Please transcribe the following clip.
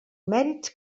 mèrits